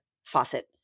faucet